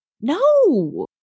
No